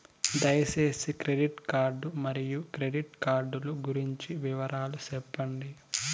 దయసేసి credit card మరియు credit card లు గురించి వివరాలు సెప్పండి?